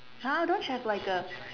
!huh! don't you have like a